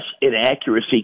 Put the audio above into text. inaccuracy